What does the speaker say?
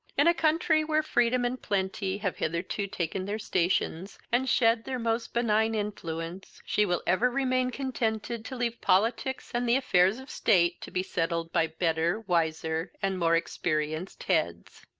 in a country where freedom and plenty have hitherto taken their stations, and shed their most benign influence, she will ever remain contented to leave politics and the affairs of state to be settled by better, wiser, and more experienced heads.